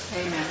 Amen